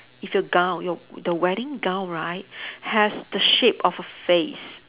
if your gown your the wedding gown right has the shape of a face